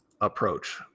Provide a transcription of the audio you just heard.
approach